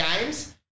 games